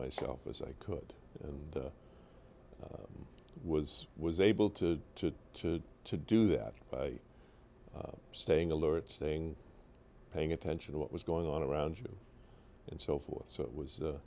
myself as i could and was was able to to to to do that by staying alert saying paying attention to what was going on around you and so forth so it was